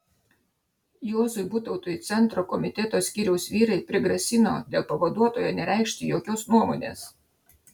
juozui butautui centro komiteto skyriaus vyrai prigrasino dėl pavaduotojo nereikšti jokios nuomonės